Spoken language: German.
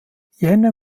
jänner